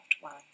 one